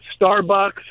Starbucks